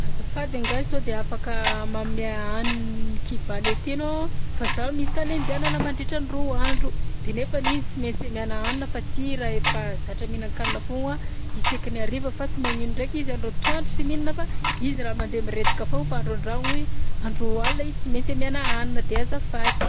Azafady anga sao de afaka manone hanina kivànay ty anao? Fa zaho misy tany andehanana mandritran'ny roa andro. De nefany izy sy mainsy amiàna hanina fa ty raha efa zatra mihinan-kanina foagna isaky ny hariva fa tsy magnino ndraiky izy andro antoandro sy mihinana fa izy raha mandeha miredika foagna fa androandroano i- andro alina izy sy mainsy amiàna hanina, de azafady.